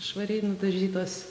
švariai nudažytos